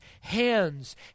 hands